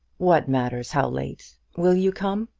what matters how late? will you come?